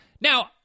Now